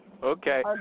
Okay